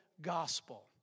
gospel